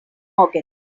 organ